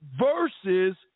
versus